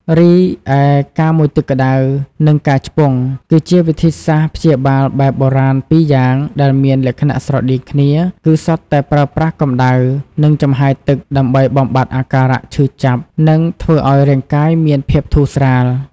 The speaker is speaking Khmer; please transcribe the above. រីឯការមុជទឹកក្តៅ និងការឆ្ពង់ គឺជាវិធីសាស្ត្រព្យាបាលបែបបុរាណពីរយ៉ាងដែលមានលក្ខណៈស្រដៀងគ្នា គឺសុទ្ធតែប្រើប្រាស់ កម្ដៅ និងចំហាយទឹក ដើម្បីបំបាត់អាការៈឈឺចាប់ និងធ្វើឲ្យរាងកាយមានភាពធូរស្រាល។